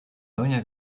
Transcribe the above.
pełnia